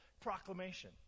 proclamation